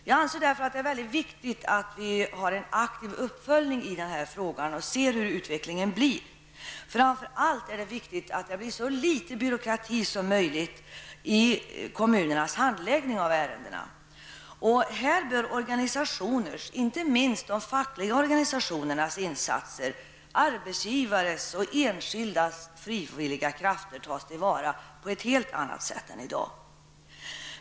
Jag anser därför att det är mycket viktigt att vi har en aktiv uppföljning i denna fråga och ser hur utvecklingen blir. Framför allt är det viktigt att det blir så litet byråkrati som möjligt i kommunernas handläggning av ärendena. Här bör organisationers -- inte minst de fackliga organisationernas -- insatser, arbetsgivares och enskildas frivilliga krafter tas till vara på ett helt annat sätt än i dag.